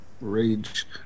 Rage